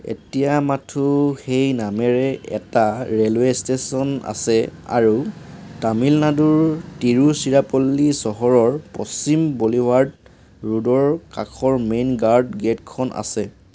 এতিয়া মাথোঁ সেই নামেৰে এটা ৰেলৱে ষ্টেচন আছে আৰু তামিলনাডুৰ তিৰুচিৰাপল্লী চহৰৰ পশ্চিম বলিভাৰ্ড ৰোডৰ কাষৰ মেইন গাৰ্ড গেটখন আছে